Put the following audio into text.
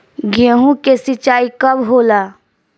गेहूं के सिंचाई कब होला?